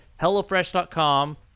HelloFresh.com